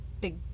big